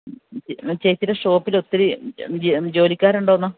ചേച്ചിയുടെ ഷോപ്പിൽ ഒത്തിരി ജോലിക്കാരുണ്ടോയെന്ന്